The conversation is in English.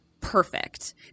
perfect